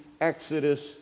Exodus